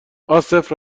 عاصف